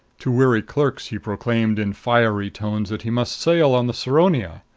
to weary clerks he proclaimed in fiery tones that he must sail on the saronia.